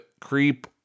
creep